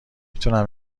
میتونم